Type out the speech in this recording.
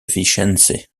vicence